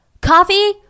Coffee